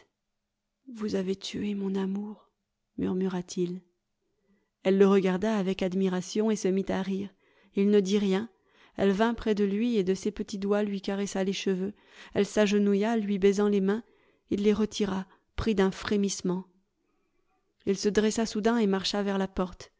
vous avez tué mon amour murmura-t-il elle le regarda avec admiration et se mit à rire il ne dit rien elle vint près de lui et de ses petits doigts lui caressa les cheveux elle s'agenouilla lui baisant les mains il les retira pris d'un frémissement il se dressa soudain et marcha vers la porte